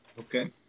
Okay